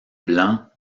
blanc